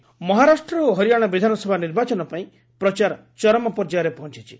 campaigning Maharashtra ଓ ହରିଆଣା ବିଧାନସଭା ନିର୍ବାଚନ ପାଇଁ ପ୍ରଚାର ଚରମ ପର୍ଯ୍ୟାୟରେ ପହଞ୍ଚିଛି